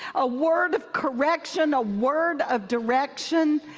a word of correction, a word of direction.